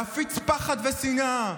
אז במקום להפיץ פחד ושנאה,